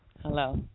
Hello